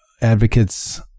advocates